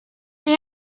mae